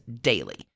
Daily